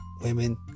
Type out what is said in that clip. women